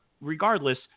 regardless